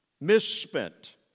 misspent